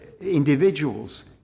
individuals